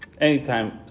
Anytime